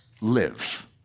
live